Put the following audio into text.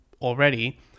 already